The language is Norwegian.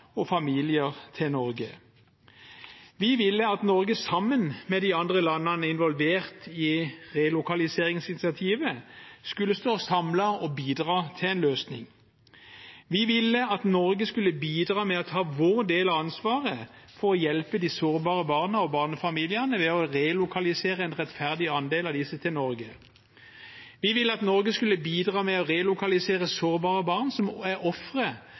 og familier til Norge. Vi ville at Norge sammen med de andre landene involvert i relokaliseringsinitiativet skulle stå samlet og bidra til en løsning. Vi ville at Norge skulle bidra med å ta sin del av ansvaret for å hjelpe de sårbare barna og barnefamiliene ved å relokalisere en rettferdig andel av disse til Norge. Vi ville at Norge skulle bidra med å relokalisere sårbare barn som er ofre